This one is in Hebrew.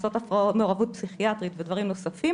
נכנסת מעורבות פסיכיאטרית ודברים נוספים